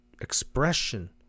expression